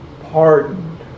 pardoned